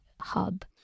hub